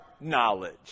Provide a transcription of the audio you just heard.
knowledge